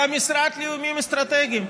היה משרד לאיומים אסטרטגיים.